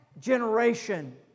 generation